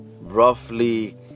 roughly